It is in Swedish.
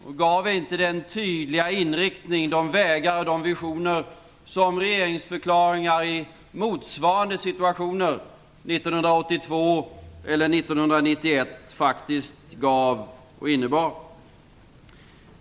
Den gav inte de tydliga inriktningar, de vägar och visioner som regeringsförklaringar i motsvarande situationer 1982 eller 1991 faktiskt innebar.